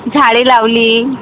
झाडे लावली